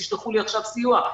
תשלחו לי עכשיו סיוע.